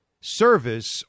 service